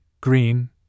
green